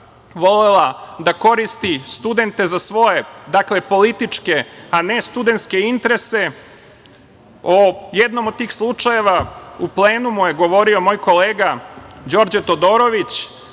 volela da koristi studente za svoje političke, a ne studentske interese o jednom od tih slučajeva u plenumu je govorio moj kolega Đorđe Todorović,